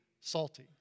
salty